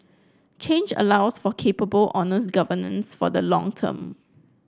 change allows for capable honest governance for the long term